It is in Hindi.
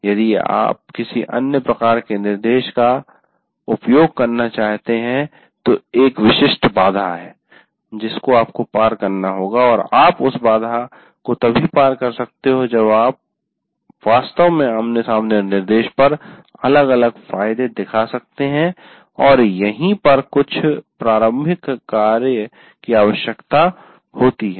यदि आप किसी अन्य प्रकार के निर्देश का उपयोग करना चाहते हैं तो एक विशिष्ट बाधा है जिसे आपको पार करना होगा और आप उस बाधा को तभी पार कर सकते हैं जब आप वास्तव में आमने सामने निर्देश पर अलग अलग फायदे दिखा सकते हैं और यहीं पर बहुत सारे प्रारंभिक कार्य की आवश्यकता होती है